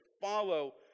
follow